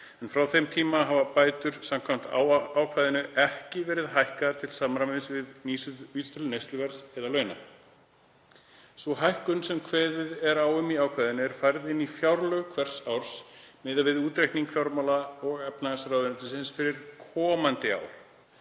Frá þeim tíma hafa bætur samkvæmt ákvæðinu ekki verið hækkaðar til samræmis við vísitölur neysluverðs eða launa. Sú hækkun sem kveðið er á um í ákvæðinu er færð inn í fjárlög hvers árs, miðað við útreikning fjármála- og efnahagsráðuneytis fyrir komandi ár.